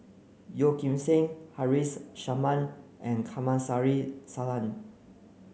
Yeo Kim Seng Haresh Sharma and Kamsari Salam